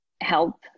help